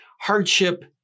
hardship